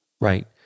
Right